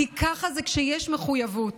כי ככה זה כשיש מחויבות.